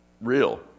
real